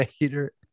later